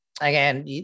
Again